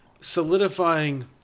solidifying